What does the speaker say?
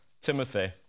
Timothy